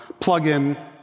plugin